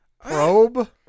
Probe